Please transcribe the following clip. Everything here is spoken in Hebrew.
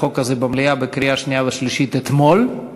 החוק הזה במליאה בקריאה שנייה ושלישית אתמול,